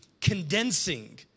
condensing